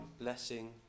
blessing